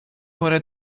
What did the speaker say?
کنه